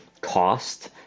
cost